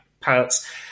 pants